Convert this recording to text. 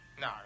No